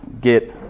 get